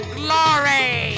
glory